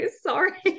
sorry